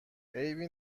عیبی